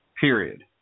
Period